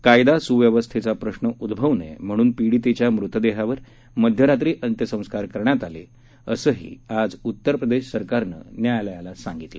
कायदा सुव्यवस्थेचा प्रश्न उद्गवू नये म्हणून पीडितेच्या मृतदेहावर मध्यरात्री अंत्यसंस्कार करण्यात आले असंही आज उत्तर प्रदेश सरकारनं न्यायालयाला सांगितलं